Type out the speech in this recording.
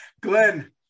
Glenn